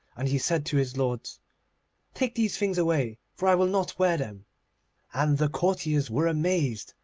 and he said to his lords take these things away, for i will not wear them and the courtiers were amazed,